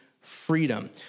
freedom